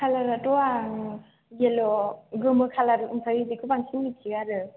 खालाराथ' आं एल्ल' गोमो खालार ओमफ्राय बेखौ बांसिन मिनथियो आरो